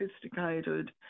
sophisticated